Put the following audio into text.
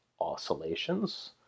oscillations